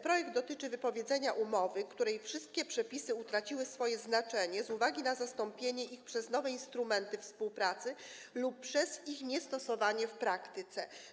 Projekt dotyczy wypowiedzenia umowy, w przypadku której wszystkie przepisy utraciły swoje znaczenie z uwagi na zastąpienie ich przez nowe instrumenty współpracy lub ich niestosowanie w praktyce.